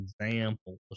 examples